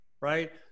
right